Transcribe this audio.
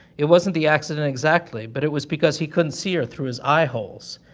it wasn't the accident exactly but it was because he couldn't see her through his eye-holes.